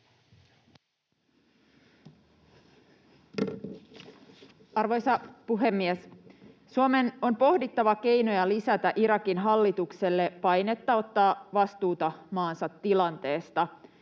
Arvoisa puhemies! Suomen on pohdittava keinoja lisätä Irakin hallitukselle painetta ottaa vastuuta maansa tilanteesta.